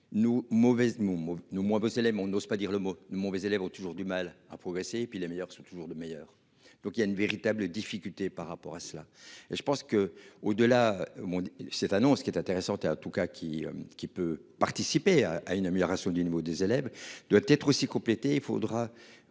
nous moins bosser. On n'ose pas dire le mot de mauvais élèves ont toujours du mal à progresser, et puis les meilleurs sont toujours le meilleur. Donc il y a une véritable difficulté par rapport à cela et je pense que au delà. Mon cette annonce qui est intéressant et en tout cas qui qui peut participer à une amélioration de mots des élèves doit être aussi compléter, il faudra